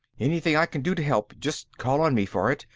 anything i can do to help, just call on me for it,